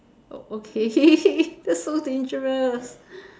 okay that's so dangerous